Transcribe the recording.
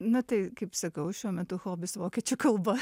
na tai kaip sakau šiuo metu hobis vokiečių kalba